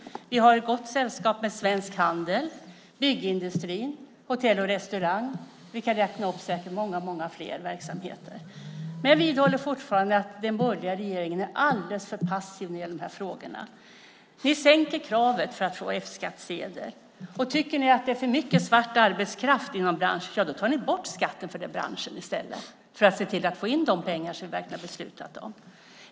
Vi är i gott sällskap med Svensk Handel, byggindustrin, hotell och restaurangbranschen och säkert många fler verksamheter. Jag vidhåller fortfarande att den borgerliga regeringen är alldeles för passiv i de här frågorna. Ni sänker kraven för att få F-skattsedel. Tycker ni sedan att det är för mycket svart arbetskraft i någon bransch tar ni bort skatten för den branschen i stället för att se till att få in de pengar som vi har beslutat om.